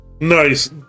Nice